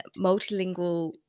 multilingual